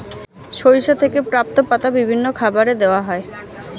সরিষা থেকে প্রাপ্ত পাতা বিভিন্ন খাবারে দেওয়া হয়